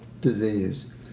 disease